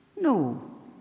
No